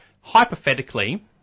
hypothetically